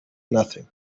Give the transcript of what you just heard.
nothing